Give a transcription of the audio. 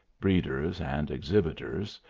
breeders, and exhibitors,